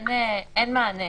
אין מענה.